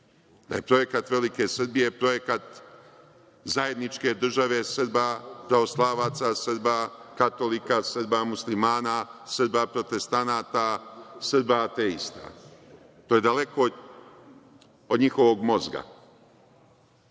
da je projekat „Velike Srbije“ projekat zajedničke države Srba pravoslavaca, Srba katolika, Srba muslimana, Srba protestanata, Srba ateista. To je daleko od njihovog mozga. Oni